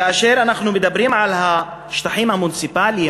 כאשר אנחנו מדברים על השטחים המוניציפליים